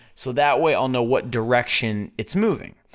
so that way i'll know what direction it's moving.